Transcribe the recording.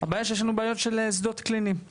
הבעיה שיש לנו בעיות של שדות קליניים,